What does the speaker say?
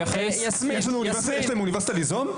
יש להם אוניברסיטה ליזום?